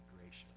gracious